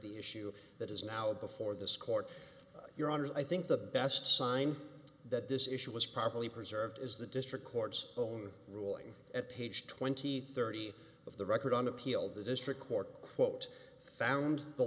the issue that is now before this court your honor i think the best sign that this issue was properly preserved is the district court's own ruling at page twenty thirty of the record on appeal the district court quote found the